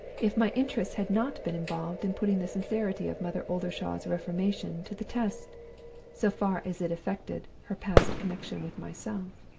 if my interests had not been involved in putting the sincerity of mother oldershaw's reformation to the test so far as it affected her past connection with myself.